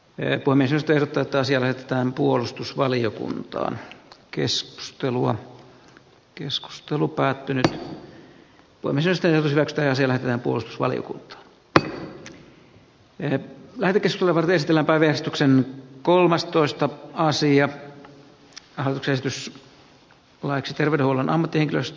en tuomisesta ja tätä asiaa tähän puolustusvaliokuntaa keskustelua keskustelu päättynyt puimisesta ja siellä puolustusvaliokunta on eri värikäs lava testillä paljastuksen kolmastoista sijan taholta mennään mieluumminkin toiseen suuntaan